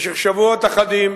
במשך שבועות אחדים